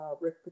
Rick